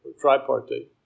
tripartite